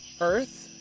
earth